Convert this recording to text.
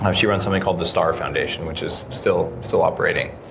um she runs something called the star foundation which is still so operating.